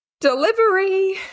Delivery